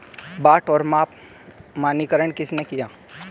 बाट और माप का मानकीकरण किसने किया?